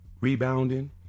rebounding